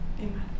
Amen